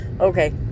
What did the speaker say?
Okay